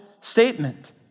statement